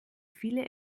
viele